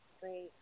great